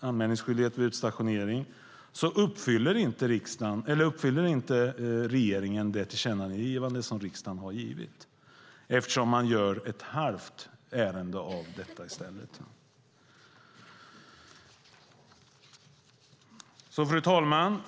anmälningsskyldighet vid utstationering, som nu är på väg fram uppfyller inte regeringen det tillkännagivande som riksdagen har lämnat. Man gör ett halvt ärende av detta i stället. Fru talman!